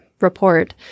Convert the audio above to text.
report